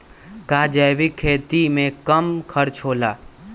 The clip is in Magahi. का जैविक खेती में कम खर्च होला?